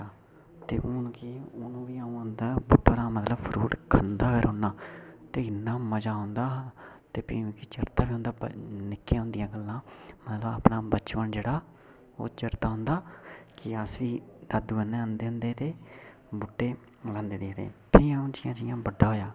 अच्छा ते हून कि हून बी अ'ऊं आंदा बूह्टा लाना मतलब कि फरूट खंदा गै रौह्न्नां ते इन्ना मज़ा औंदा ते फ्ही मिगी चढ़दा रौंह्दा निक्के होंदियां गल्लां मतलब अपना बचपन जेह्ड़ा ओह् चेरता औंदा कि अस बी दादू कन्नै आंदे होंदे हे ते बूह्टे लांदे दिखदे फ्ही अ'ऊं जियांं जियां बड्डा होएआ